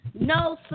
no